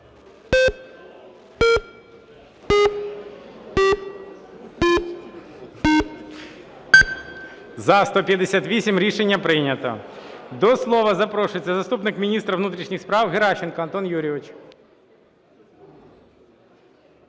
За-158 Рішення прийнято. До слова запрошується заступник міністра внутрішніх справ Геращенко Антон Юрійович.